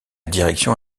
direction